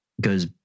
goes